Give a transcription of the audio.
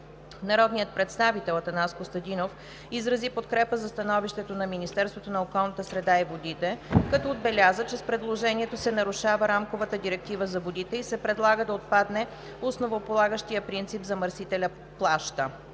Народният представител Атанас Костадинов изрази подкрепа за становището на Министерството на околната среда и водите, като отбеляза, че с предложението се нарушава Рамковата директива за водите и се предлага да отпадне основополагащият принцип „замърсителят плаща“.